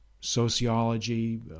sociology